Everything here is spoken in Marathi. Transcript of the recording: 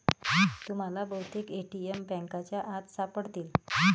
तुम्हाला बहुतेक ए.टी.एम बँकांच्या आत सापडतील